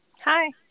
Hi